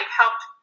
helped